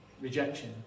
rejection